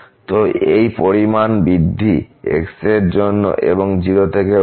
তো এই পরিমাণ বৃদ্ধি x এর জন্য এবং0 থেকে 1